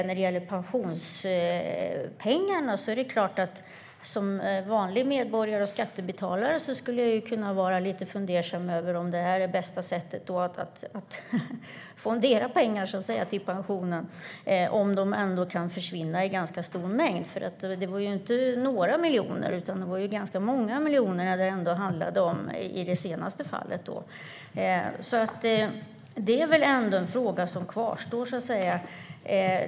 När det gäller pensionspengarna blir jag som medborgare och skattebetalare lite fundersam på om det här är det bästa sättet att fondera pengar till pensionen om de kan försvinna i ganska stor omfattning. Det var inte fråga om några miljoner, utan det var många miljoner i det senaste fallet. Det är ändå en fråga som kvarstår.